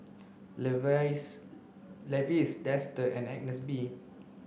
Levi's Dester and Agnes B